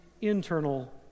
internal